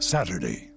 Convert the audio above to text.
Saturday